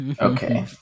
Okay